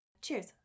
Cheers